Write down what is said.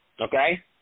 okay